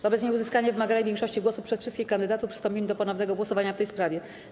Wobec nieuzyskania wymaganej większości głosów przez wszystkich kandydatów przystąpimy do ponownego głosowania w tej sprawie.